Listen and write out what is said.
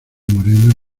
morena